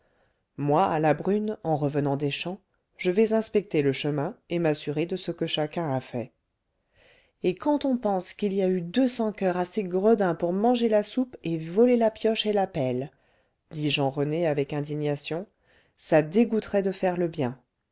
moi à la brune en revenant des champs je vais inspecter le chemin et m'assurer de ce que chacun a fait et quand on pense qu'il y a eu deux sans-coeur assez gredins pour manger la soupe et voler la pioche et la pelle dit jean rené avec indignation ça dégoûterait de faire le bien